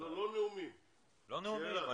לא נאומים, שאלה.